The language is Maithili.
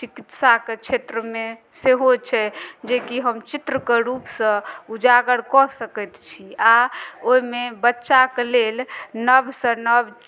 चिकित्साके क्षेत्रमे सेहो छै जेकि हम चित्रके रूपसँ उजागर कऽ सकैत छी आ ओहिमे बच्चाक लेल नवसँ नव